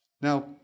now